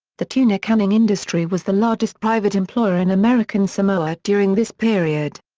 the tuna canning industry was the largest private employer in american samoa during this period.